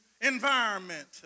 environment